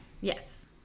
yes